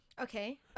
okay